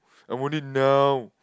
I want it now